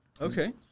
Okay